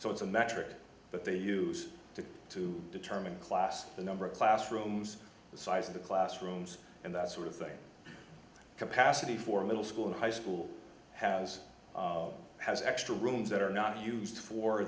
so it's a metric that they use to to determine class the number of classrooms the size of the classrooms and that sort of thing capacity for middle school high school has has extra rooms that are not used for